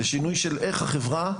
זה שינוי של איך החברה,